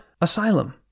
Asylum